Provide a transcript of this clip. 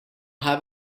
have